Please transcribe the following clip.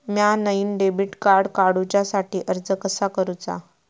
म्या नईन debit card काडुच्या साठी अर्ज कसा करूचा?